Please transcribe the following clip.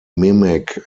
mimic